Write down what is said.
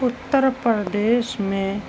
اتّر پردیش میں